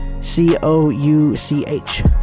C-O-U-C-H